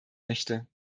möchte